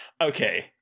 Okay